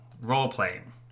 role-playing